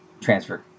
transfer